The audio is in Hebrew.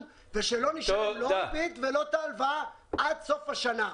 ושלא נשלם לא ריבית ולא את ההלוואה עד סוף השנה.